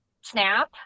snap